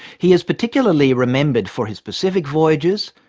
he is particularly remembered for his pacific voyages,